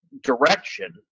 direction